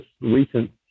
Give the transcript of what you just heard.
recent